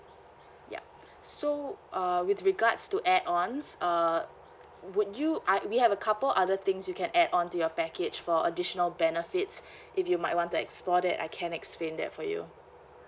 yup so uh with regards to add ons uh would you uh we have a couple other things you can add on to your package for additional benefits if you might want to explore that I can explain that for you